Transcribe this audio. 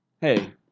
Hey